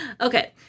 Okay